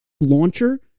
launcher